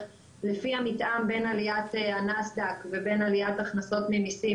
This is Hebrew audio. לפי המתאם בין עליית הנסד"ק לבין עליית הכנסות ממסים